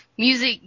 music